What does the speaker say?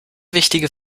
wichtige